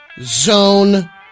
zone